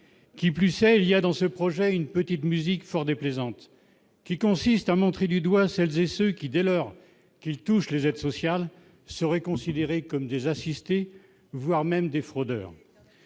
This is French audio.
qui plus est, il y a dans ce projet une petite musique fort déplaisante, qui consiste à montrer du doigt, celles et ceux qui, dès lors qu'ils touchent les aides sociales seraient considérés comme des assistés, voire même des fraudeurs,